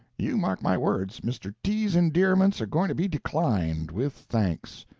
you mark my words, mr. t s endearments are going to be declined, with thanks.